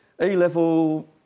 A-level